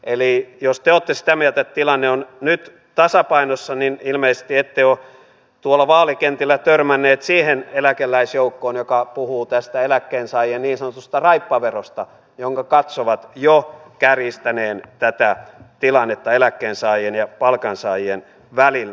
eli jos te olette sitä mieltä että tilanne on nyt tasapainossa niin ilmeisesti ette ole tuolla vaalikentillä törmänneet siihen eläkeläisjoukkoon joka puhuu tästä eläkkeensaajien niin sanotusta raippaverosta jonka katsovat jo kärjistäneen tätä tilannetta eläkkeensaajien ja palkansaajien välillä